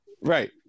Right